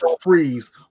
freeze